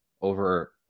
over